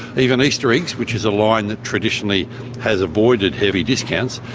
even easter eggs, which is a line that traditionally has avoided heavy discounts,